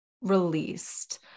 released